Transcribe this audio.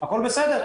הכל בסדר.